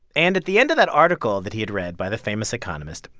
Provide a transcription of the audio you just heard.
and at the end of that article that he had read by the famous economist,